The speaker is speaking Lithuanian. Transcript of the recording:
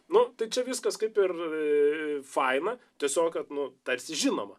nu tai čia viskas kaip ir faina tiesiog kad nu tarsi žinoma